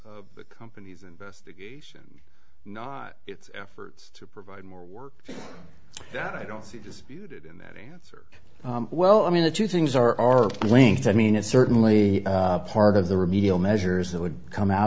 the company's investigation its efforts to provide more work that i don't see disputed in that answer well i mean the two things are linked i mean it's certainly part of the remedial measures that would come out